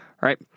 right